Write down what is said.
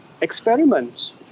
experiments